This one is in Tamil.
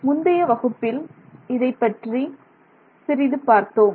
முந்தைய வகுப்பில் இதைப்பற்றி சிறிது பார்த்தோம்